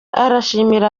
arashimira